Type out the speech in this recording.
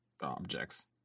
objects